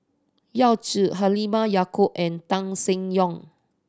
Yao Zi Halimah Yacob and Tan Seng Yong